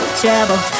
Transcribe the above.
trouble